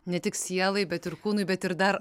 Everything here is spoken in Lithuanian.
ne tik sielai bet ir kūnui bet ir dar